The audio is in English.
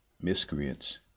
miscreants